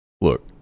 Look